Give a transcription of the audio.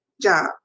job